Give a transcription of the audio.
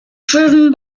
driven